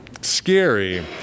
scary